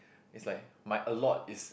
it's like my a lot is